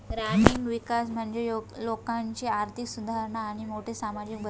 ग्रामीण विकास म्हणजे लोकांची आर्थिक सुधारणा आणि मोठे सामाजिक बदल